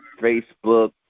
Facebook